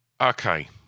Okay